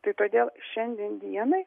tai todėl šiandien dienai